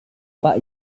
pak